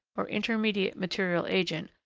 or intermediate material agent,